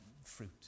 fruit